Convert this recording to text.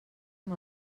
amb